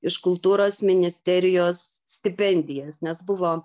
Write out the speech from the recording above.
iš kultūros ministerijos stipendijas nes buvo